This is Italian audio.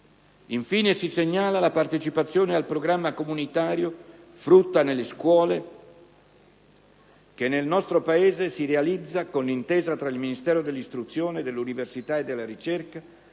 Infine, si segnala la partecipazione al programma comunitario «Frutta nelle scuole», che nel nostro Paese si realizza con l'intesa tra il Ministero dell'istruzione, dell'università e della ricerca,